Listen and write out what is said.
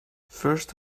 first